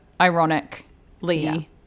ironically